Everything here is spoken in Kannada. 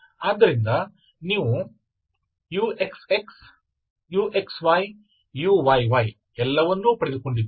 ಆದ್ದರಿಂದ ನೀವು uxx uxy uyy ಎಲ್ಲವನ್ನೂ ಪಡೆದುಕೊಂಡಿದ್ದೀರಿ